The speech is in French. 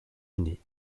unis